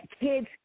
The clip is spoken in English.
kids